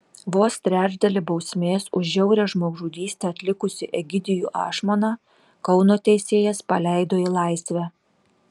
vos trečdalį bausmės už žiaurią žmogžudystę atlikusį egidijų ašmoną kauno teisėjas paleido į laisvę